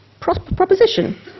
proposition